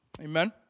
amen